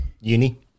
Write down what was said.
uni